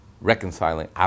Reconciling